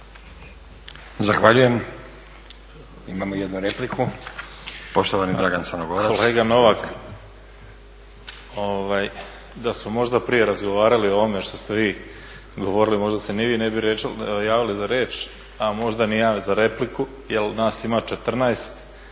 Zahvaljujem. Imamo jednu repliku, poštovani Dragan Crnogorac.